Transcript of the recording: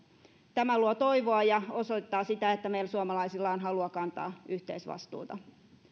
tämä luo toivoa ja osoittaa sitä että meillä suomalaisilla on halua kantaa yhteisvastuuta